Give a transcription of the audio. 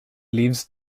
leaves